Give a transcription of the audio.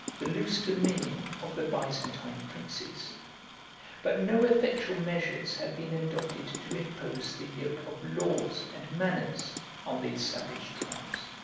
the loose dominion of the byzantine princes but no effectual measures had been adopted to impose the yoke of laws and manners on these savage tribes.